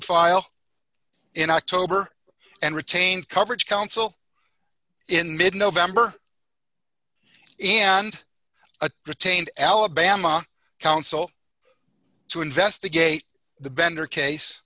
file in october and retained coverage counsel in mid november and a retained alabama counsel to investigate the bender case